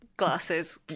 Glasses